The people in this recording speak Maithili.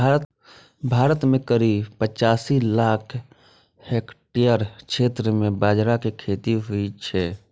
भारत मे करीब पचासी लाख हेक्टेयर क्षेत्र मे बाजरा के खेती होइ छै